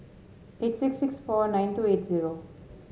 eight six six four nine two eight zero